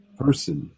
person